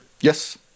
yes